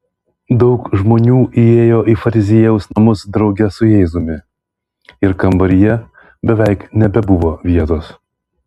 daug žmonių įėjo į fariziejaus namus drauge su jėzumi ir kambaryje beveik nebebuvo vietos